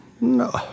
No